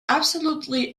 absolutely